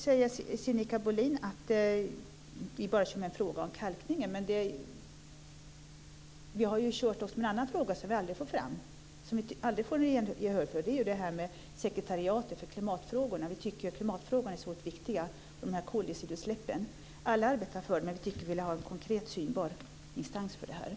Sinikka Bohlin sade att vi bara driver frågan om kalkningen. Men vi har ju också drivit en annan fråga som vi aldrig har fått något gehör för, och det gäller sekretariatet för klimatfrågor. Vi tycker att klimatfrågorna och koldioxidutsläppen är så oerhört viktiga, och vi vill ha en konkret instans för dessa.